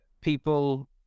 people